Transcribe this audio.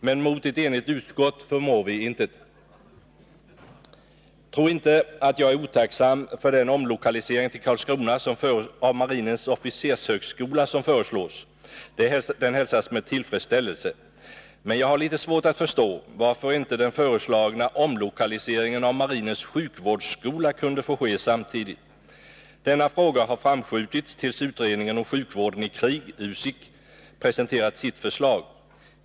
Men mot ett enigt utskott förmår vi intet. Tro inte att jag är otacksam för den omlokalisering till Karlskrona av marinens officershögskola som föreslås — den hälsas med tillfredsställelse. Men jag har litet svårt att förstå varför inte den föreslagna omlokaliseringen av marinens sjukvårdsskola kunde få ske samtidigt. Denna fråga har framskjutits tills utredningen om sjukvården i krig presenterat sitt förslag.